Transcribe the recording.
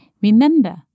Remember